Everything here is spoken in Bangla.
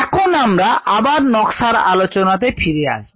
এখন আমরা আবার নকশার আলোচনা তে ফিরে আসবো